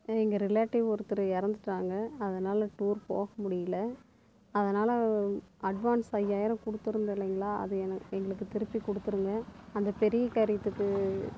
ஆ எங்கள் ரிலேட்டிவ் ஒருத்தர் இறந்துட்டாங்க அதனால டூர் போக முடியல அதனால் அட்வான்ஸ் ஐயாயிரம் கொடுத்துருந்தோம் இல்லைங்களா அது எங் எங்களுக்கு திருப்பி கொடுத்துருங்க அந்த பெரிய காரியத்துக்கு